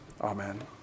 Amen